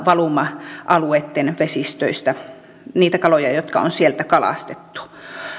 valuma alueitten vesistöistä jotka on sieltä kalastettu